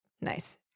Nice